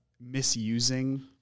misusing